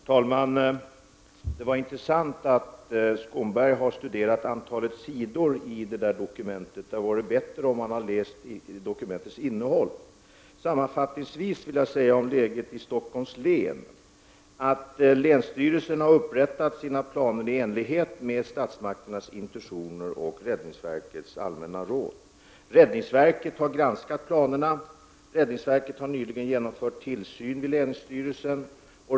Herr talman! Det var intressant att höra att Krister Skånberg har studerat antalet sidor i detta dokument. Det hade varit bättre om han hade läst dokumentets innehåll. Jag vill sammanfattningsvis säga följande om läget i Stockholms län. Länsstyrelsen har upprättat sina planer i enlighet med statsmakternas intentioner och räddningsverkets allmänna råd. Räddningsverket har granskat planerna och nyligen genomfört tillsyn vid länsstyrelsen.